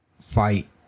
fight